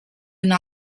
una